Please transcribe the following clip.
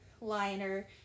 liner